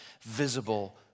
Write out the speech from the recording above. visible